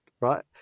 right